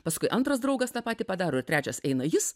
paskui antras draugas tą patį padaro ir trečias eina jis